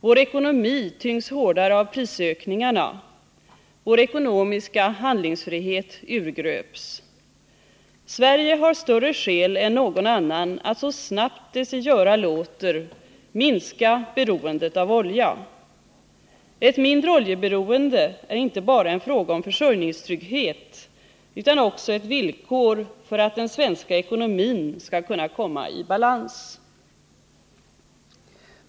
Vår ekonomi tyngs hårdare av prisökningarna. Vår ekonomiska handlingsfrihet urgröps. Sverige har större skäl än någon annan att så snabbt det sig göra låter minska beroendet av olja. Ett mindre oljeberoende är inte bara en fråga om försörjningstrygghet, utan också ett villkor för att den svenska ekonomin skall kunna komma i balans.